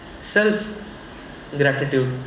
self-gratitude